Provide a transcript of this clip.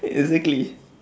exactly